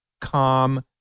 calm